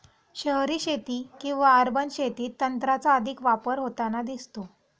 शहरी शेती किंवा अर्बन शेतीत तंत्राचा अधिक वापर होताना दिसतो